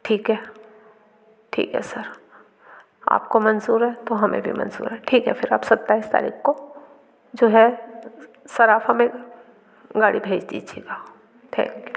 ठीक है ठीक है सर आपको मंज़ूर है तो हमें भी मंज़ूर है ठीक है फिर आप सत्ताईस तारीख को जो है सर आप हमें गाड़ी भेज दीजिएगा थैंक्यू